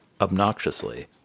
obnoxiously